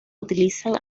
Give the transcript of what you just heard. utilizan